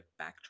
backtrack